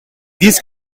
these